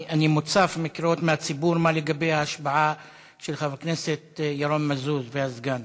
אני מוצף מקריאות מהציבור מה לגבי ההשבעה של חבר הכנסת ירון מזוז כסגן